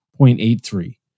0.83